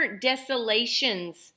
desolations